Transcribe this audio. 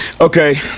Okay